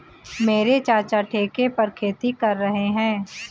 मेरे चाचा ठेके पर खेती कर रहे हैं